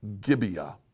Gibeah